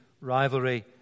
rivalry